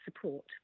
support